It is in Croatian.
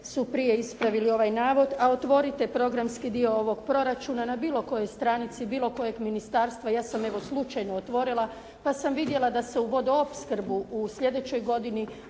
su prije ispravili ovaj navod. A otvorite programski dio ovog proračuna na bilo kojoj stranici bilo kojeg ministarstva, ja sam evo slučajno otvorila pa sam vidjela da se u vodoopskrbu u slijedećoj godini